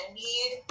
need